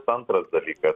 antras dalykas